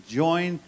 join